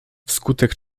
wskutek